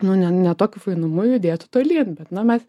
nu ne ne tokiu fainumu judėti tolyn bet na mes